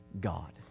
God